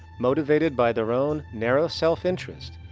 motivated by their own, narrow self-interest,